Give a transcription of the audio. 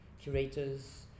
curators